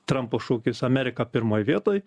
trampo šūkis amerika pirmoj vietoj